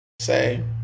say